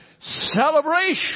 Celebration